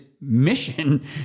mission